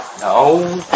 No